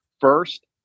First